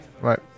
Right